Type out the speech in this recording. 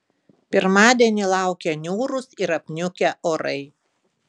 pirmadienį laukia niūrūs ir apniukę orai